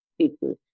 people